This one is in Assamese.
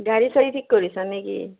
গাড়ী চাড়ী ঠিক কৰিছা নে কি